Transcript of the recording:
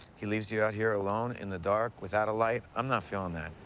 he leaves you out here alone, in the dark, without a light. i'm not feeling that.